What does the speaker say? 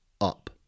up